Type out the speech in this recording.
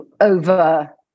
over